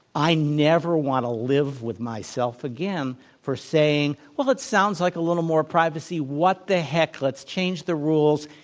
i never want to live with myself again for saying, well, it sounds like a little more privacy. what the heck. let's change the rules.